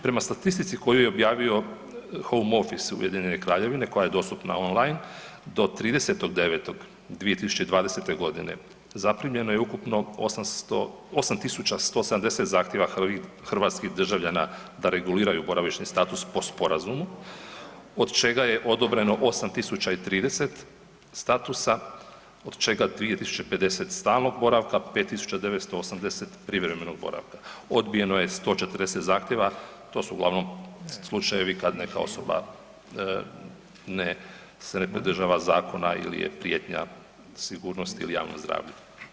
Prema statistici koju je objavio „Home Office“ u Ujedinjenoj Kraljevini koja je dostupna on line do 30.9.2020.g. zaprimljeno je ukupno 8.170 zahtjeva hrvatskih državljana da reguliraju boravišni status po sporazumu, od čega je odobreno 8.030 statusa, od čega 2.050 stalnog boravka, 5.980 privremenog boravka, odbijeno je 140 zahtjeva, to su uglavnom slučajevi kad neka osoba ne, se ne pridržava zakona ili je prijetnja sigurnosti ili javnom zdravlju.